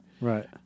Right